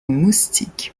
moustiques